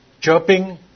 chirping